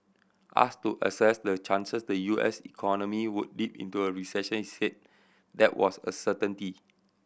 ask to assess the chances the U S economy would dip into a recession said that was a certainty